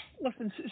Listen